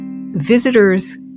Visitors